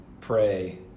pray